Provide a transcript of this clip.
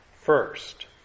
First